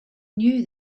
knew